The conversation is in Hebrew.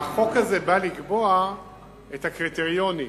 החוק הזה בא לקבוע את הקריטריונים.